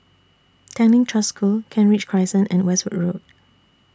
Tanglin Trust School Kent Ridge Crescent and Westwood Road